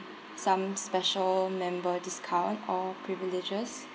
would it be some special member discount or privileges